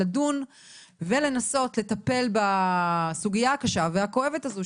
לדון ולנסות לטפל בסוגיה הקשה והכואבת הזאת,